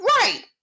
right